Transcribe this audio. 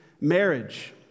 marriage